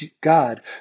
God